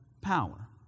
power